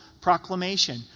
proclamation